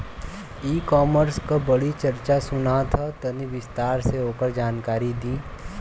ई कॉमर्स क बड़ी चर्चा सुनात ह तनि विस्तार से ओकर जानकारी दी?